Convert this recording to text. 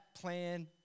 plan